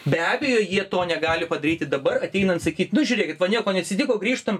be abejo jie to negali padaryti dabar ateinant sakyt nu žiūrėkit man nieko neatsitiko grįžtam